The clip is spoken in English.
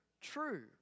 true